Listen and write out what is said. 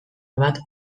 bat